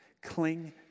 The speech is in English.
Cling